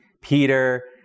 Peter